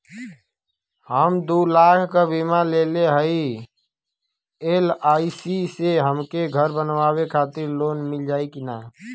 हम दूलाख क बीमा लेले हई एल.आई.सी से हमके घर बनवावे खातिर लोन मिल जाई कि ना?